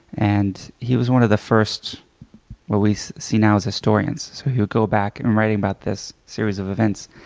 and he was one of the first of what we see now as historians. so he would go back, and writing about this series of events,